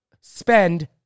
spend